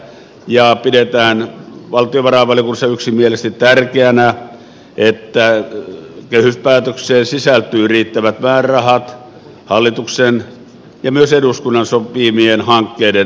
valtiovarainvaliokunnassa pidetään yksimielisesti tärkeänä että kehyspäätökseen sisältyy riittävät määrärahat hallituksen ja myös eduskunnan sopimien hankkeiden toteuttamiseen